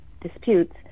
disputes